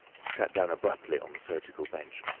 he sat down abruptly on the surgical bench.